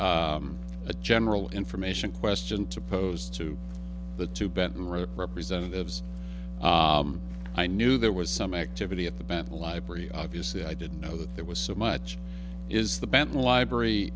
say a general information question to pose to the to bet rather representatives i knew there was some activity at the bat library obviously i didn't know that there was so much is the bad library